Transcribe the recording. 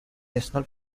national